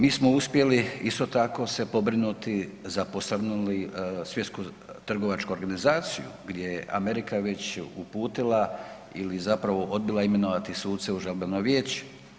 Mi smo uspjeli isto tako se pobrinuti za posrnuli svjetsku trgovačku organizaciju, gdje je Amerika je već uputila ili zapravo odbila imenovati suce u žalbeno vijeće.